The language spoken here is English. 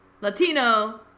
Latino